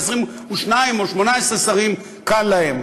ו-22 או 18 שרים קל להם,